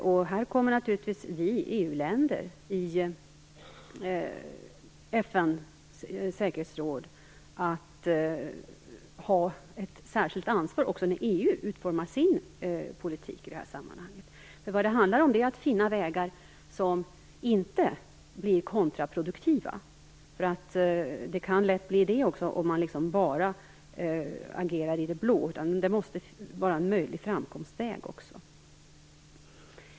Vi EU-länder i FN:s säkerhetsråd kommer naturligtvis att ha ett särskilt ansvar när EU utformar sin politik i detta sammanhang. Vad det handlar om är att finna vägar som inte blir kontraproduktiva. Det kan lätt bli kontraproduktivt om man bara agerar i det blå. Det måste finnas en möjlig framkomstväg.